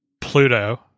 Pluto